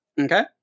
Okay